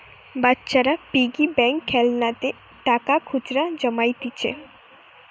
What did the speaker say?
বাচ্চারা piggy bank খেলনাতে টাকা খুচরা জমাইতিছে